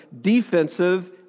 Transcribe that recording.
defensive